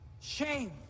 Shame